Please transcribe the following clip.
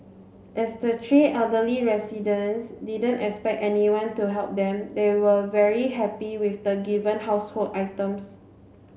as the three elderly residents didn't expect anyone to help them they were very happy with the given household items